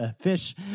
fish